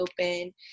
open